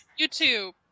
YouTube